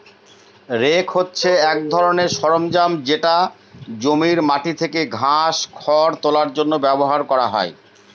rake হছে এক ধরনের সরঞ্জাম যেটা জমির মাটি থেকে ঘাস, খড় তোলার জন্য ব্যবহার করা হয়